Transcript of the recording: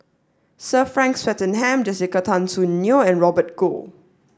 sir Frank Swettenham Jessica Tan Soon Neo and Robert Goh